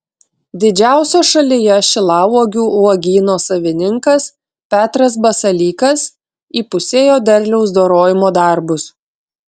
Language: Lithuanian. didžiausio šalyje šilauogių uogyno savininkas petras basalykas įpusėjo derliaus dorojimo darbus